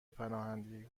پناهندگی